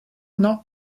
not